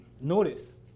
notice